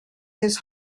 his